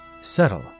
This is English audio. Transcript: Settle